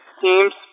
teams